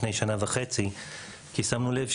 כי שמנו לב.